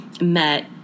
met